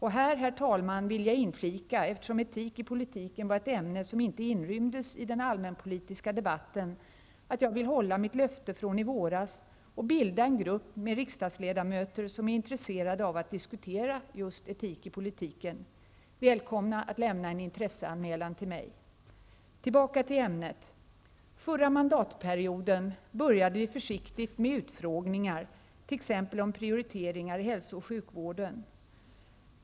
Här, herr talman, vill jag inflika -- eftersom etik i politiken var ett ämne som inte inrymdes i den allmänpolitiska debatten -- att jag vill hålla mitt löfte från i våras och bilda en grupp med riksdagsledamöter som är intresserade av att diskutera etik i politiken. Välkomna att lämna en intresseanmälan till mig. Tillbaka till ämnet. Förra mandatperioden började vi försiktigt med utfrågningar, t.ex. om prioriteringar i hälso och sjukvården.